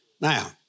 Now